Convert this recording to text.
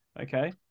Okay